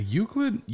Euclid